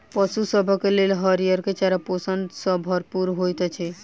पशु सभक लेल हरियर चारा पोषण सॅ भरपूर होइत छै